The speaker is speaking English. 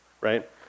right